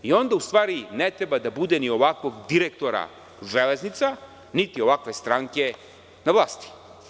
Onda u stvari ne treba da bude ni ovakvog direktora Železnica, niti ovakve stranke na vlasti.